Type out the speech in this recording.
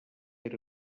era